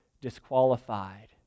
disqualified